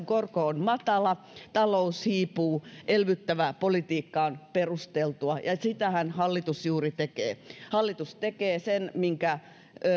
korko on matala ja talous hiipuu elvyttävä politiikka on perusteltua ja ja sitähän hallitus juuri tekee